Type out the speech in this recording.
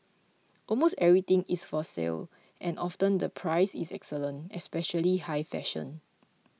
almost everything is for sale and often the price is excellent especially high fashion